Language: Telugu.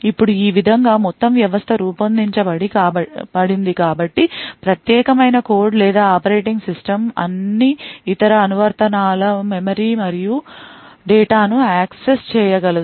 ఇప్పుడు ఈ విధంగా మొత్తం వ్యవస్థ రూపొందించబడింది కాబట్టి ప్రత్యేకమైన కోడ్ లేదా ఆపరేటింగ్ సిస్టమ్ అన్ని ఇతర అనువర్తనాల మెమరీ మరియు డేటాను యాక్సెస్ చేయగలదు